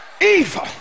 Evil